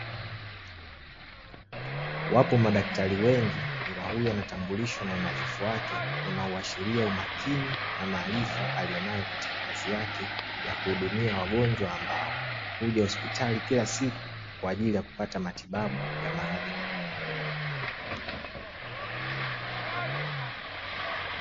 Wapo madaktari wengi, ila huyu anatambulishwa na unadhifu wake, unao ashiria umakini , na maarifa alionayo katika kazi yake, yakuhudumia wagonjwa ambao huja hospitali kila siku kwaajili ya kupata matibabu ya maradhi mbalimbali.